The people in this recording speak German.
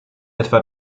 etwa